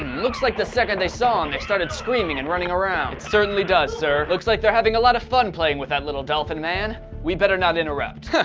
looks like the second they saw him they started screaming and running around it certainly does sir. looks like they're having a lot of fun playing with that little dolphin man we better not interrupt. huh,